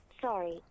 sorry